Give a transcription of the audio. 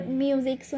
music